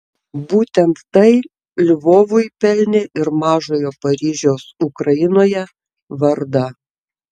būtent tai lvovui pelnė ir mažojo paryžiaus ukrainoje vardą